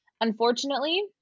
Unfortunately